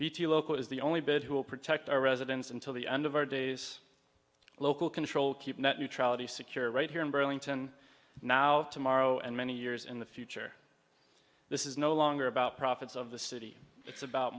bt local is the only bid who will protect our residents until the end of our days local control keep net neutrality secure right here in burlington now tomorrow and many years in the future this is no longer about profits of the city it's about